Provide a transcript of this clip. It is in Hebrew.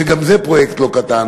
שגם זה פרויקט לא קטן,